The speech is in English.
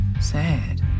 sad